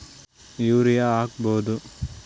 Urea ಹಾಕ್ ಬಹುದ?